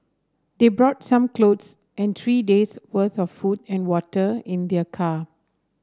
they brought some clothes and three day's worth of food and water in their car